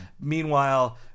Meanwhile